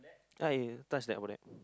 ah yeah touch that over there